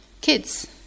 kids